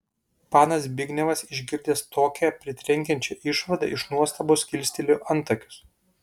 panas zbignevas išgirdęs tokią pritrenkiančią išvadą iš nuostabos kilstelėjo antakius